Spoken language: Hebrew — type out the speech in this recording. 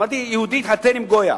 אמרתי יהודי התחתן עם גויה.